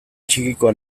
txikikoa